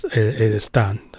it is done,